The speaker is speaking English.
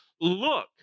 Look